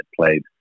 played